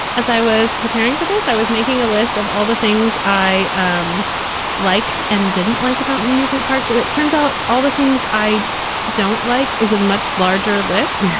as i was preparing for this, i was making a list of all the things i um liked and didn't like about music parks. and it turns out all the things i don't like is a much larger list.